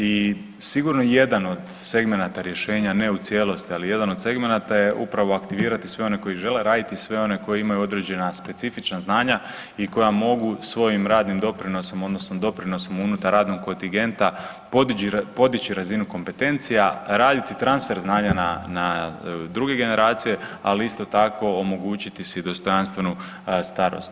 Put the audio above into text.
I sigurno jedan od segmenata rješenja, ne u cijelosti ali jedan od segmenata je upravo aktivirati sve one koji žele raditi i sve one koji imaju određena specifična znanja i koja mogu svojim radnim doprinosom odnosno doprinosom unutar radnog kontingenta podiči razinu kompetencija, raditi transfer znanja na druge generacije, ali isto tako omogućiti si dostojanstvenu starost.